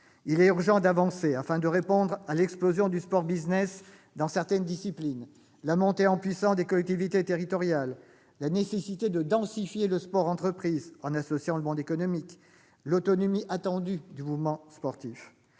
Il est urgent d'avancer afin de répondre à l'explosion du sport-business dans certaines disciplines, à la montée en puissance des collectivités territoriales, à la nécessité de densifier le sport-entreprise en associant le monde économique, à l'autonomie attendue du mouvement sportif.